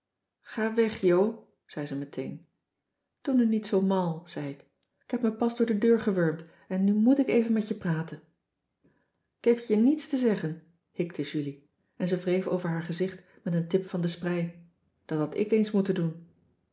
ga weg jo zei ze meteen doe nu niet zoo mal zei ik k heb me pas door de deur gewurmd en nu moèt ik even met je praten k heb je niets te zeggen hikte julie en ze wreef over haar gezicht met een tip van de sprei dat had ik eens moeten doen